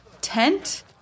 tent